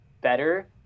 better